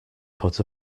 put